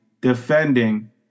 defending